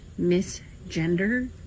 misgender